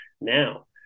now